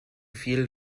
feel